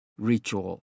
ritual